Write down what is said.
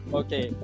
okay